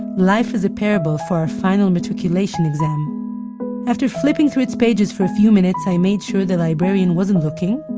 life as a parable, for our final matriculation exam after flipping through its pages for a few minutes, i made sure the librarian wasn't looking,